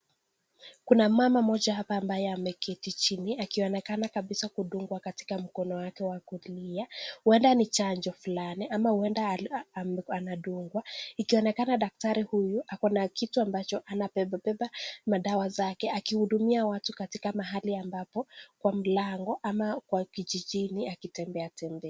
Kuna mama mmoja hapa ambaye ameketi chini, akionekana kabisa kudungwa katika mkono wake wa kulia, huenda ni chanjo fulani, ama huenda ana ali anadungwa, ikionekana daktari huyu, ako na kitu ambacho ana bebabeba, madawa zake, akihudumia watu katika mahali ambapo, kwa mlango, ama kwa kijijini akitembea tembea.